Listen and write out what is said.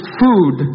food